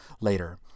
later